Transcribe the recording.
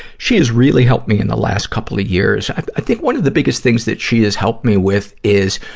she is really helped me in the last couple of years. i, i think one of the biggest things that she has helped me with is,